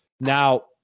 Now